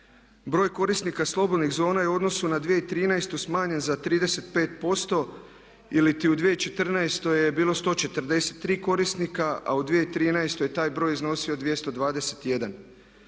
Broj korisnika slobodnih zona je u odnosu na 2013. smanjen za 35% ili u 2014. je bilo 143 korisnika, a u 2013. je taj broj iznosio 221.